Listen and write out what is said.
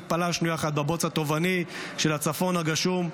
התפלשנו יחד בבוץ הטובעני של הצפון הגשום,